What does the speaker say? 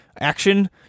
action